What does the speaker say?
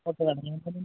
okay madam ഞാൻ